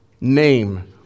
name